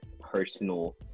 personal